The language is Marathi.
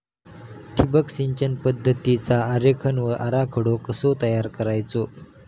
ठिबक सिंचन पद्धतीचा आरेखन व आराखडो कसो तयार करायचो?